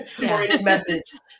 message